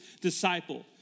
disciple